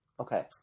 Okay